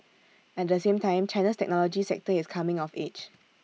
at the same time China's technology sector is coming of age